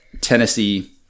Tennessee